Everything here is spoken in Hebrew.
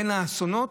בין האסונות,